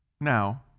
Now